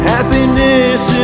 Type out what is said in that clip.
Happiness